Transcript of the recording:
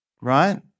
right